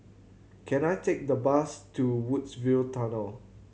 can I take the bus to Woodsville Tunnel